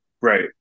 Right